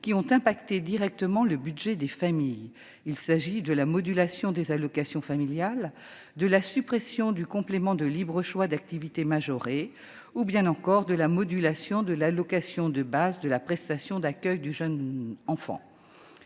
qui ont affecté directement le budget des familles. Il s'agit de la modulation des allocations familiales, de la suppression du complément de libre choix d'activité majoré, ou encore de la modulation de l'allocation de base de la prestation d'accueil du jeune enfant.